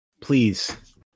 Please